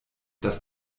dass